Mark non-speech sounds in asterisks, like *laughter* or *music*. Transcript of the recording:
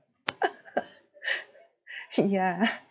*laughs* yeah